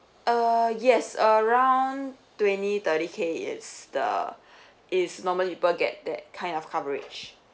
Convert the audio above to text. uh yes around twenty thirty K it's the it's normal people get that kind of coverage